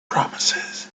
promises